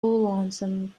lonesome